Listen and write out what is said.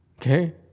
Okay